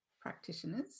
practitioners